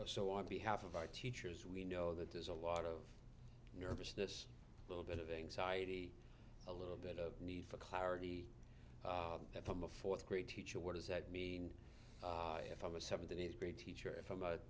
and so on behalf of our teachers we know that there's a lot of nervousness a little bit of ngs heidi a little bit of need for clarity from a fourth grade teacher what does that mean if i'm a seventh and eighth grade teacher if i'm a